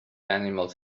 animals